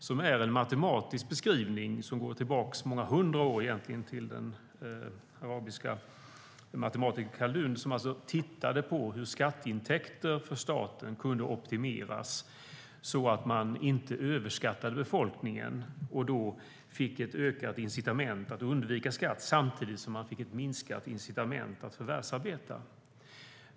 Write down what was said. Det är en matematisk beskrivning som går tillbaka många hundra år till den arabiska matematikern Khaldun som tittade på hur skatteintäkter för staten kunde optimeras så att man inte överbeskattade befolkningen och då fick ett ökat incitament att undvika skatt samtidigt som man fick ett minskat incitament att förvärvsarbeta.